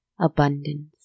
abundance